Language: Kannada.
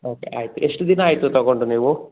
ಓಕೆ ಆಯಿತು ಎಷ್ಟು ದಿನ ಆಯಿತು ತಗೊಂಡು ನೀವು